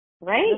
Right